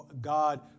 God